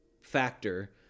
factor